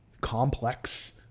complex